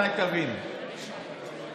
אולי תבין,